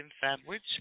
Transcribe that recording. sandwich